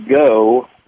go